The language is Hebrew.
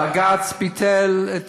בג"ץ ביטל את